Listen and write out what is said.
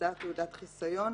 הוצאת תעודת חסיון,